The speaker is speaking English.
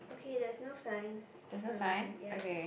okay there is no sign for mine yup